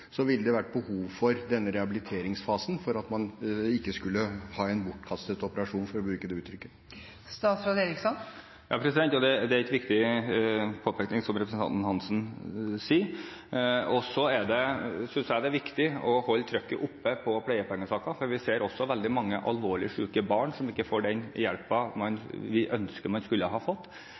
ville det vært behov for denne rehabiliteringsfasen for at man ikke skulle ha en bortkastet operasjon, for å bruke det uttrykket. Det er en viktig påpekning det representanten Hansen sier. Jeg synes det er viktig å holde trykket oppe på pleiepengesaker, for vi ser også veldig mange alvorlig syke barn som ikke får den hjelpen vi ønsker de skulle ha fått.